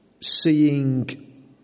seeing